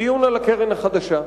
בדיון על הקרן החדשה.